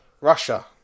Russia